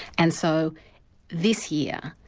and so this year,